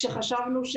כשחשבנו,